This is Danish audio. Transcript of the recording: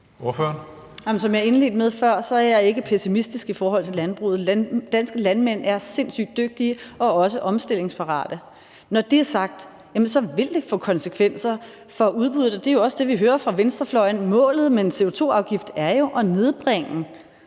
Som jeg indledte med at sige før, er jeg ikke pessimistisk i forhold til landbruget. Danske landmænd er sindssygt dygtige og også omstillingsparate. Når det er sagt, så vil det få konsekvenser for udbuddet, og det er også det, vi hører fra venstrefløjen. Målet med en CO2-afgift er jo at nedbringe